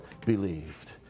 believed